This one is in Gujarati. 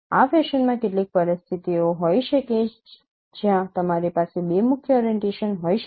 આ ફેશન માં કેટલીક પરિસ્થિતિઓ હોઈ શકે છે જ્યાં તમારી પાસે બે મુખ્ય ઓરીએન્ટેશન હોઈ શકે છે